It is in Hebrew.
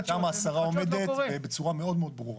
השרה עומדת בצורה מאוד ברורה.